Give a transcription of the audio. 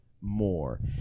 more